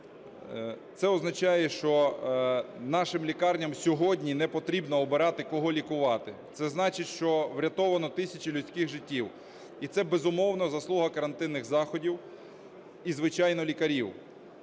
Це означає, що нашим лікарням сьогодні не потрібно обирати, кого лікувати. Це значить, що врятовано тисячу людських життів, і це, безумовно, заслуга карантинних заходів, і, звичайно, лікарів,